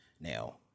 Now